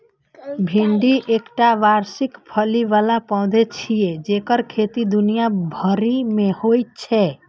भिंडी एकटा वार्षिक फली बला पौधा छियै जेकर खेती दुनिया भरि मे होइ छै